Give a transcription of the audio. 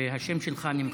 והשם שלך נמחק,